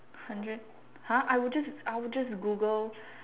hundred !huh! I would just I would just Google